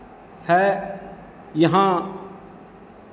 है यहाँ